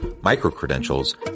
micro-credentials